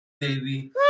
baby